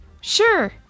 Sure